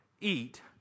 eat